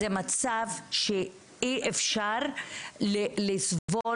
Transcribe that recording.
זה מצב שאי אפשר לסבול,